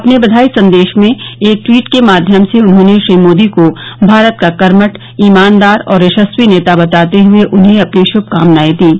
अपने बधाई संदेश में एक ट्वीट के माध्यम से उन्होंने श्री मोदी को भारत का कर्मट ईमानदार और यशस्वी नेता बताते हये उन्हें अपनी श्भकामनायें दीं